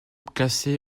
classé